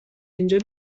اینجا